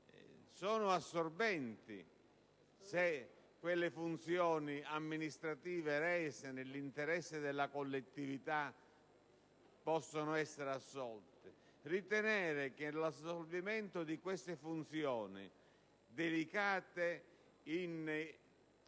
completamente se quelle funzioni amministrative rese nell'interesse della collettività devono essere assolte. Ritenere che l'assolvimento di queste funzioni delicate